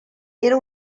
era